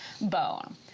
bone